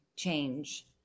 change